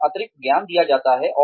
उन्हें अतिरिक्त ज्ञान दिया जाता है